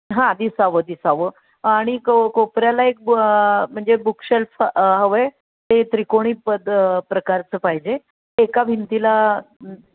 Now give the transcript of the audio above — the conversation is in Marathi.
हां दिसावं दिसावं आणि क कोपऱ्याला एक बु म्हणजे बुकशेल्फ हवं आहे ते त्रिकोणी पद प्रकारचं पाहिजे एका भिंतीला